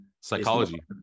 psychology